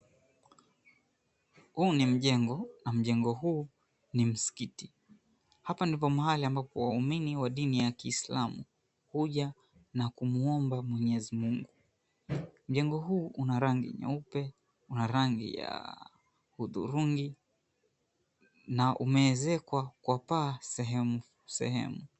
Huu ni mjengo, na mjengo huu ni msikiti. Hapa ndipo mahali ambapo waumini wa dini ya kiislamu huja na kumuomba Mwenyezi Mungu. Mjengo huu una rangi nyeupe, una rangi ya hudhurungi, na umeezekwa kwa paa sehemu sehemu.